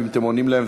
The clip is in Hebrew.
אם אתם עונים להן,